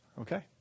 okay